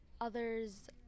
others